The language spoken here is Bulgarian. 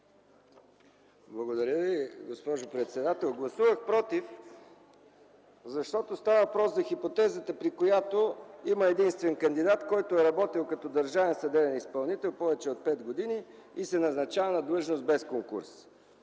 Благодаря Ви, госпожо председател. Гласувах против, защото става въпрос за хипотезата, при която има единствен кандидат, който е работил като държавен съдебен изпълнител повече от 5 години и се назначава на длъжност без конкурс.